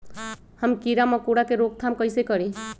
हम किरा मकोरा के रोक थाम कईसे करी?